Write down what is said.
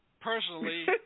personally